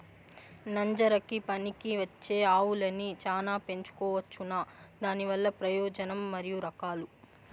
నంజరకి పనికివచ్చే ఆవులని చానా పెంచుకోవచ్చునా? దానివల్ల ప్రయోజనం మరియు రకాలు?